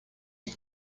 que